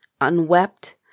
unwept